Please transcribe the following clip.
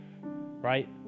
right